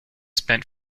spent